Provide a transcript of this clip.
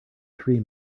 three